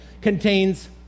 contains